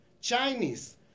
Chinese